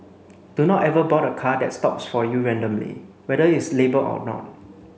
do not ever board a car that stops for you randomly whether it is labelled or not